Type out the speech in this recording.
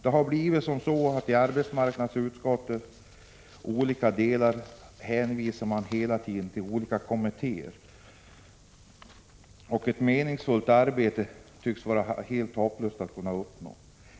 Det har blivit så, att man i arbetsmarknadsutskottet hela tiden hänvisar till olika kommittéer, och det tycks vara helt hopplöst att uppnå ett meningsfullt arbete.